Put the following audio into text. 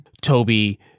Toby